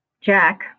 Jack